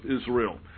Israel